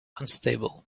unstable